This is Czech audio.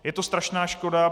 Je to strašná škoda.